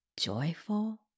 joyful